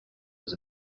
was